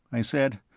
i said.